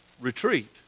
retreat